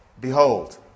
behold